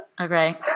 Okay